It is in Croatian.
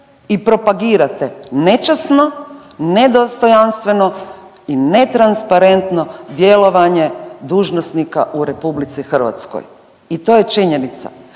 i propagirate nečasno, nedostojanstveno i netransparentno djelovanje dužnosnika u RH. I to je činjenica.